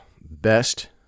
best